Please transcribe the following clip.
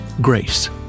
grace